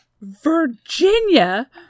Virginia